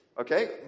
Okay